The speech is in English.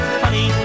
honey